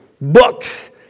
Books